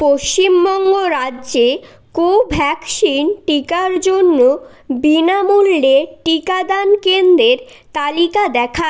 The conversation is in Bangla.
পশ্চিমবঙ্গ রাজ্যে কোভ্যাক্সিন টিকার জন্য বিনামূল্যে টিকাদান কেন্দ্রের তালিকা দেখা